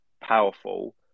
powerful